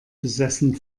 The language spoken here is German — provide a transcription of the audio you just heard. besessen